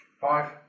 Five